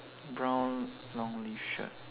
brown long shirt